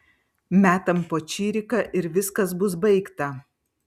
metam po čiriką ir viskas bus baigta